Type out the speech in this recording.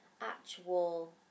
actual